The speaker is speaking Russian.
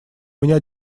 меня